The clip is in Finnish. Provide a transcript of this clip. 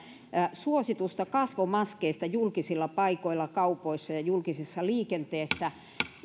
suositusta kasvomaskeista julkisilla paikoilla kaupoissa ja julkisessa liikenteessä